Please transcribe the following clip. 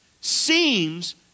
seems